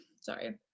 Sorry